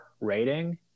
rating